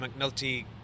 McNulty